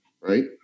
right